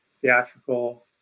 theatrical